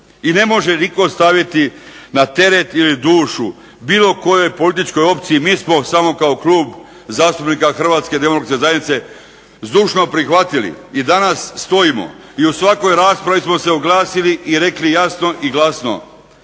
I ne može nitko staviti na teret ili dušu bilo kojoj političkoj opciji. Mi smo samo kao klub zastupnika HDZ-a zdušno prihvatili i danas stojimo i u svakoj raspravi smo se oglasili i rekli jasno i glasno,